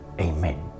Amen